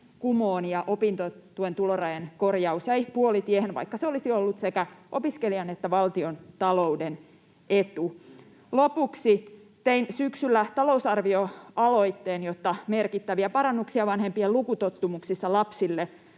kumoon, ja opintotuen tulorajojen korjaus jäi puolitiehen, vaikka se olisi ollut sekä opiskelijan että valtiontalouden etu. Lopuksi: Tein syksyllä talousarvioaloitteen, jotta merkittäviä parannuksia vanhempien lukutottumuksissa lapsille